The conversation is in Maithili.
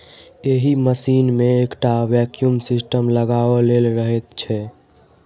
एहि मशीन मे एकटा वैक्यूम सिस्टम लगाओल रहैत छै